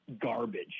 garbage